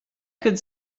could